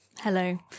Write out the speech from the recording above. Hello